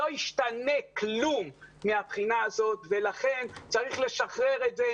לא ישתנה כלום מהבחינה הזאת ולכן צריך לשחרר את זה.